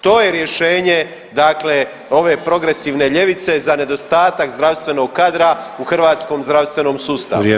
To je rješenje dakle ove progresivne ljevice za nedostatak zdravstvenog kadra u hrvatskom zdravstvenom [[Upadica: Vrijeme.]] sustavu.